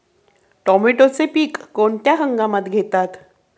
टोमॅटोचे पीक कोणत्या हंगामात घेतात?